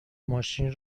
ماشین